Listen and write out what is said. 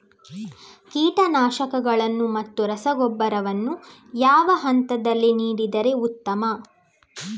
ಕೀಟನಾಶಕಗಳನ್ನು ಮತ್ತು ರಸಗೊಬ್ಬರವನ್ನು ಯಾವ ಹಂತದಲ್ಲಿ ನೀಡಿದರೆ ಉತ್ತಮ?